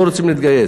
לא רוצים להתגייס.